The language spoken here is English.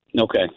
okay